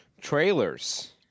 trailers